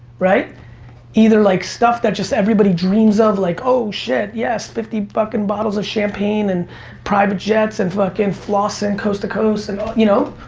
either like stuff that just everybody dreams of, like oh shit yes, fifty fucking bottles of champagne and private jets and fucking flossing coast to coast, you know?